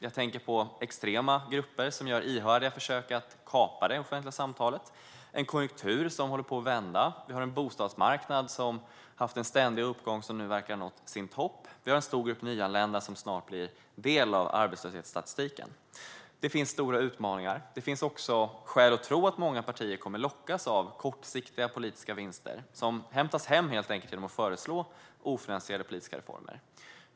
Jag tänker på extrema grupper som gör ihärdiga försök att kapa det offentliga samtalet. Vi har en konjunktur som håller på att vända och en bostadsmarknad som haft en ständig uppgång men nu verkar ha nått sin topp. Vi har en stor grupp nyanlända som snart blir en del av arbetslöshetsstatistiken. Det finns stora utmaningar. Det finns också skäl att tro att många partier kommer att lockas av kortsiktiga politiska vinster som helt enkelt hämtas hem genom att man föreslår ofinansierade politiska reformer.